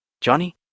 Johnny